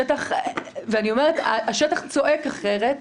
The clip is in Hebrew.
ואני אומרת: השטח צועק אחרת.